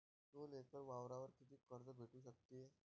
दोन एकर वावरावर कितीक कर्ज भेटू शकते?